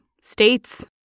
states